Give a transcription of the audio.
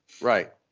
Right